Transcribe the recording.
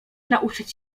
nauczyć